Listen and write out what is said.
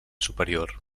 superior